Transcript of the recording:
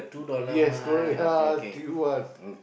yes correct yeah cute one